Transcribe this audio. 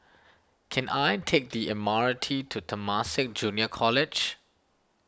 can I take the M R T to Temasek Junior College